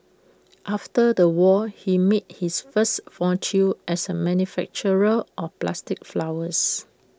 after the war he made his first fortune as A manufacturer of plastic flowers